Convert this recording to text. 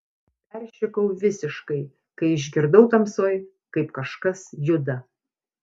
peršikau visiškai kai išgirdau tamsoj kaip kažkas juda